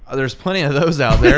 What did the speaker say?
ah there's plenty of those out